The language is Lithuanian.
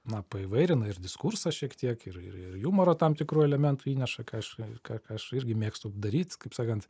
na paįvairina ir diskursą šiek tiek ir ir ir jumoro tam tikrų elementų įneša ką aš ką ką aš irgi mėgstu daryt kaip sakant